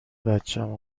بچم